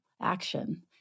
action